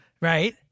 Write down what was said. Right